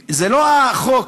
זה לא החוק.